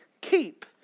keep